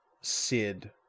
Sid